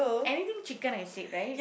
anything chicken I said right